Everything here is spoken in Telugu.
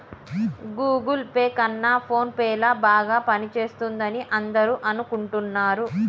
గూగుల్ పే కన్నా ఫోన్ పే ల బాగా పనిచేస్తుందని అందరూ అనుకుంటున్నారు